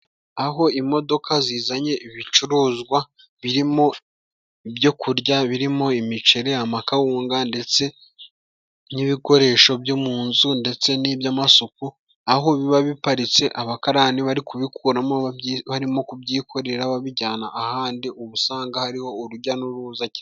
Aho imodoka zizanye ibicuruzwa birimo ibyo kurya, birimo imiceri, amakawunga, ndetse n'ibikoresho byo mu nzu, ndetse n'iby'amasuku, aho biba biparitse abakarani bari kubikuramo, barimo kubyikorera babijyana ahandi ubu usanga hariho urujya n'uruza cyane...